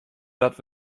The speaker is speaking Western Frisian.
dat